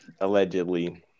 Allegedly